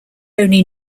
only